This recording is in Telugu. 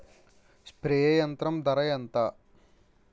స్ప్రే యంత్రం ధర ఏంతా?